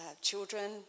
children